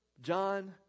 John